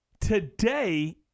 Today